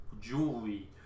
jewelry